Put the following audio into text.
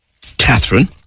Catherine